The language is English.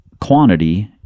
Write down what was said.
quantity